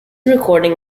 recording